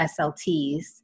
SLTs